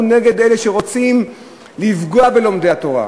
נגד אלה שרוצים לפגוע בלומדי התורה,